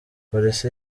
polisi